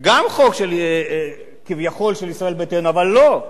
גם חוק כביכול של ישראל ביתנו, אבל לא.